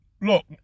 look